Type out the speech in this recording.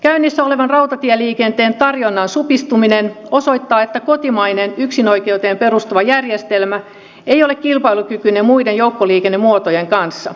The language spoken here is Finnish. käynnissä oleva rautatieliikenteen tarjonnan supistuminen osoittaa että kotimainen yksinoikeuteen perustuva järjestelmä ei ole kilpailukykyinen muiden joukkoliikennemuotojen kanssa